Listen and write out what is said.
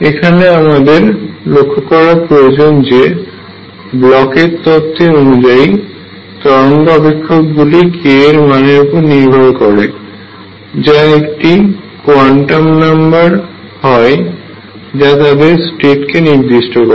এখানে আমাদের লক্ষ্য করা প্রয়োজন যে ব্লকের তত্ত্বBlochs theorem অনুযায়ী তরঙ্গ অপেক্ষক গুলি k এর মানের উপর নির্ভর করে যা একটি কোয়ান্টাম নাম্বার হয় যা তাদের স্টেট কে নির্দিষ্ট করে